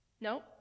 No